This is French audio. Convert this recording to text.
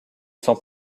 sent